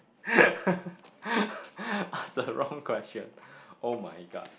ask the wrong question [oh]-my-god